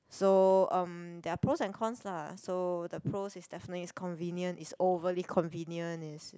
so um there are pros and cons lah so the pros is definitely it's convenient it's overly convenient is